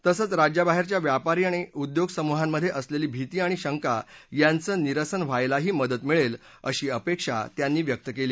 तसंच राज्याबाहख्या व्यापारी आणि उद्योग समूहांमध्य असलक्षी भीती आणि शंका यांचं निरसन व्हायलाही मदत मिळव्य अशी अपक्षी त्यांनी व्यक्त कली